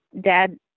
dad